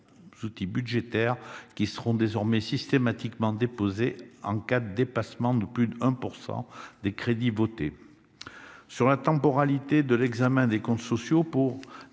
outils budgétaires, qui seront désormais systématiquement déposés en cas de dépassement de plus de 1 % des crédits adoptés. En ce qui concerne la temporalité de l'examen des comptes sociaux,